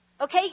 Okay